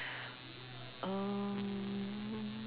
um